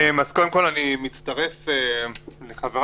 קודם כול אני מצטרף לחבריי,